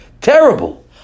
Terrible